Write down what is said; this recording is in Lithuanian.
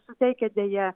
suteikia deja